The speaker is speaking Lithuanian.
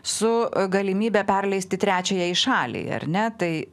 su galimybe perleisti trečiajai šaliai ar ne tai